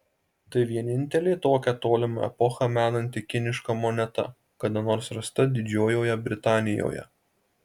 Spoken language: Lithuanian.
tai vienintelė tokią tolimą epochą menanti kiniška moneta kada nors rasta didžiojoje britanijoje